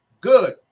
good